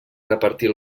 repartir